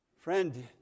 Friend